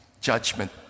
judgment